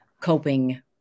coping